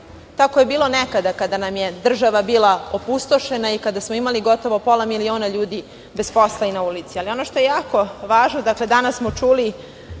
je bilo nekada kada nam je država bila opustošena i kada smo imali gotovo pola miliona ljudi bez posla i na ulici, ali ono što je jako važno, dakle, danas smo čuli